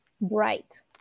bright